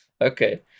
okay